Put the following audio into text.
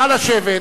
נא לשבת.